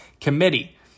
committee